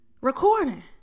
recording